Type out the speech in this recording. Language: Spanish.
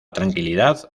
tranquilidad